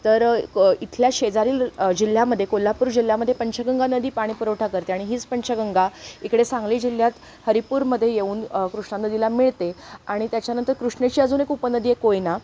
तर क इथल्या शेजारील जिल्ह्यामध्ये कोल्हापूर जिल्ह्यामध्ये पंचगंगा नदी पाणी पुरवठा करते आणि हीच पंचगंगा इकडे सांगली जिल्ह्यात हरिपूरमध्ये येऊन कृष्णा नदीला मिळते आणि त्याच्यानंतर कृष्णेची अजून एक उपनदी आहे कोयना